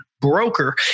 broker